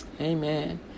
Amen